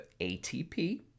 ATP